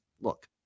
look